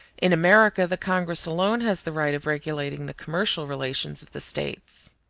in america the congress alone has the right of regulating the commercial relations of the states.